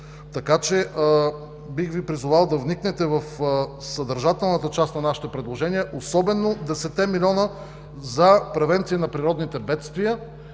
Така че бих Ви призовал да вникнете в съдържателната част на нашето предложение, особено 10-те милиона за превенция на природните бедствия